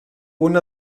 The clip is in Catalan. una